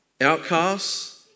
Outcasts